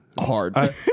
hard